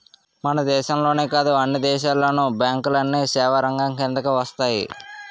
మన దేశంలోనే కాదు అన్ని దేశాల్లోను బ్యాంకులన్నీ సేవారంగం కిందకు వస్తాయి